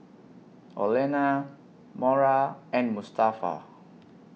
Olena Mora and Mustafa